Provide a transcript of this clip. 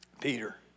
Peter